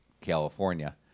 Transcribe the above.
California